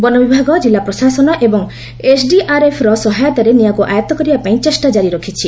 ବନ ବିଭାଗ ଜିଲ୍ଲାପ୍ରଶାସନ ଏବଂ ଏସଡିଆରଏଫର ସହାୟତାରେ ନିଆଁକୁ ଆୟଭ କରିବା ପାଇଁ ଚେଷ୍ଟା ଜାରି ରଖିଛି